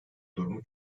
durumu